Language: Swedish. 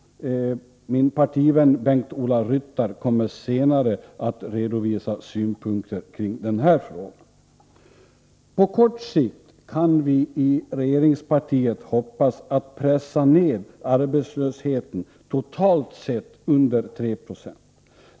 Min partivän Bengt-Ola Ryttar kommer senare att redovisa synpunkter i denna fråga. På kort sikt kan vi i regeringspartiet hoppas att pressa ned arbetslösheten under 3 90 totalt sett.